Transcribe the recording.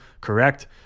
correct